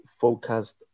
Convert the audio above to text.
focused